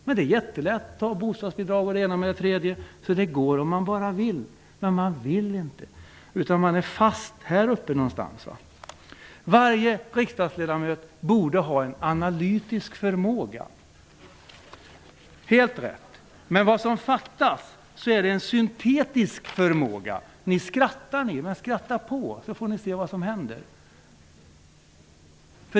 Men det är jättelätt -- ta bostadsbidrag och det ena med det tredje! Det går, om man bara vill, men man vill inte. Varje riksdagsledamot borde ha en analytisk förmåga, men vad som fattas är en syntetisk förmåga. Ni skrattar ni, men skratta på så får ni se vad som händer!